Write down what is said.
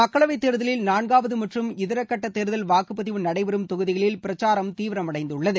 மக்களவை தேர்தலில் நாள்காவது மற்றும் இதர கட்ட தேர்தல் வாக்குப்பதிவு நடைபெறும் தொகுதிகளில் பிரச்சாரம் தீவிரமடைந்துள்ளது